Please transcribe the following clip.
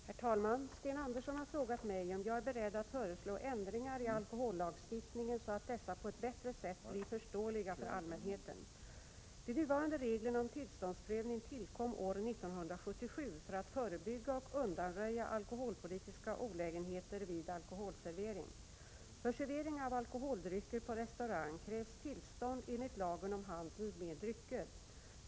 Herr talman! Sten Andersson i Malmö har frågat om jag är beredd att föreslå ändringar i alkohollagstiftningen så att denna på ett bättre sätt blir förståelig för allmänheten. De nuvarande reglerna om tillståndsprövning tillkom år 1977 för att förebygga och undanröja alkoholpolitiska olägenheter vid alkoholservering. För servering av alkoholdrycker på restaurang krävs tillstånd enligt lagen om handel med drycker.